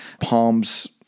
palms